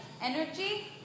energy